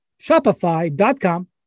Shopify.com